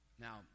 Now